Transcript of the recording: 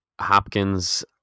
Hopkins